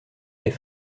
est